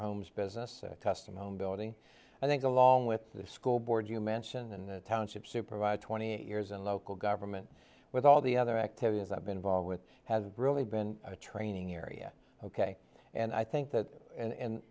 homes business custom home building i think along with the school board you mentioned in the township supervisor twenty years in local government with all the other activities i've been involved with has really been a training area ok and i think that and